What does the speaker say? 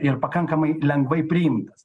ir pakankamai lengvai priimtas